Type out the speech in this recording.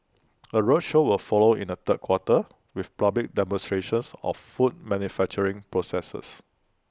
A roadshow will follow in the third quarter with public demonstrations of food manufacturing processes